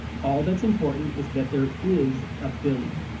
all that's important is that there is a billy.